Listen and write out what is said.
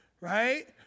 right